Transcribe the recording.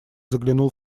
заглянул